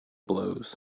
blows